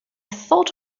thought